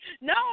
No